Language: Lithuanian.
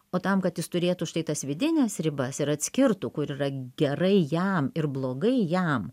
o tam kad jis turėtų štai tas vidines ribas ir atskirtų kur yra gerai jam ir blogai jam